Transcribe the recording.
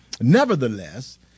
Nevertheless